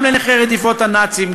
גם נכי רדיפות הנאצים,